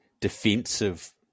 defensive